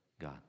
God